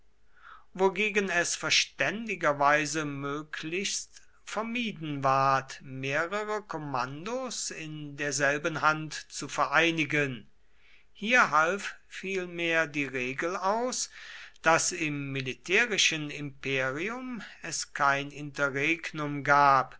wogegen es verständigerweise möglichst vermieden ward mehrere kommandos in derselben hand zu vereinigen hier half vielmehr die regel aus daß im militärischen imperium es kein interregnum gab